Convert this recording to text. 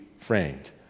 framed